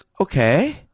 okay